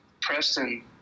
Preston